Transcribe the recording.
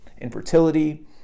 infertility